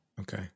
Okay